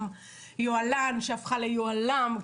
שהפכה ליוהל"ם,